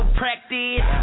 practice